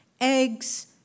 Eggs